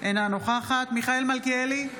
אינה נוכחת מיכאל מלכיאלי,